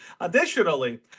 Additionally